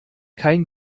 kein